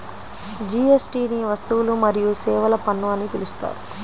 జీఎస్టీని వస్తువులు మరియు సేవల పన్ను అని పిలుస్తారు